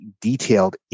detailed